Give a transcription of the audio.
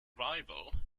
rival